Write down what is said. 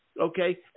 okay